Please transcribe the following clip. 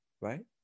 right